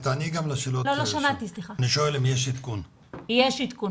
יש עדכון.